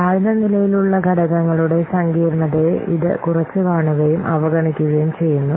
താഴ്ന്ന നിലയിലുള്ള ഘടകങ്ങളുടെ സങ്കീർണ്ണതയെ ഇത് കുറച്ചുകാണുകയും അവഗണിക്കുകയും ചെയ്യുന്നു